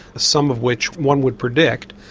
some of which one would predict.